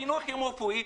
פינוי חירום רפואי.